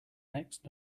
next